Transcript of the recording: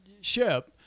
ship